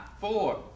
four